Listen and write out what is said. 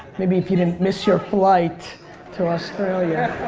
maybe if you didn't miss your flight to australia.